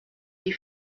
die